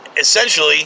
essentially